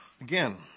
Again